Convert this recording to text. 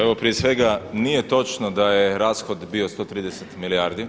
Evo prije svega nije točno da je rashod bio 130 milijardi.